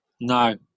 No